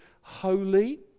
holy